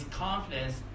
confidence